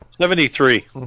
Seventy-three